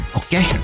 okay